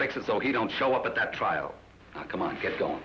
fix it so he don't show up at that trial come on get going